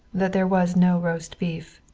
that there was no roast beef.